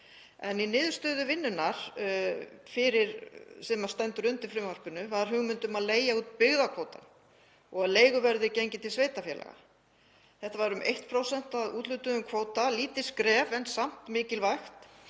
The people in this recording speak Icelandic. En í niðurstöðu vinnunnar sem stendur undir frumvarpinu var hugmynd um að leigja út byggðakvótann og að leiguverðið gengi til sveitarfélaga. Þetta var um 1% af úthlutuðum kvóta, lítið skref en samt mikilvægt,